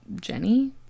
Jenny